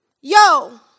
Yo